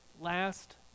last